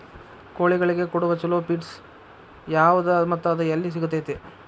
ಕೋಳಿಗಳಿಗೆ ಕೊಡುವ ಛಲೋ ಪಿಡ್ಸ್ ಯಾವದ ಮತ್ತ ಅದ ಎಲ್ಲಿ ಸಿಗತೇತಿ?